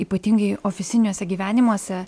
ypatingai ofisiniuose gyvenimuose